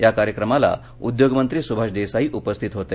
या कार्यक्रमाला उद्योगमंत्री सुभाष देसाई उपस्थित होते